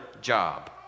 job